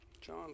John